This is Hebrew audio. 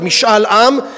משאל-עם,